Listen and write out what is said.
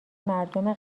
مردم